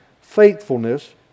faithfulness